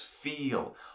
feel